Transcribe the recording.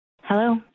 hello